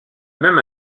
même